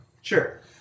Sure